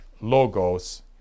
Logos